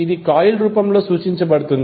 ఇది కాయిల్ రూపంలో సూచించబడుతుంది